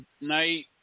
night